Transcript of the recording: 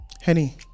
Henny